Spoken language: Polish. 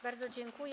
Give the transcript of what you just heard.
Bardzo dziękuję.